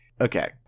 Okay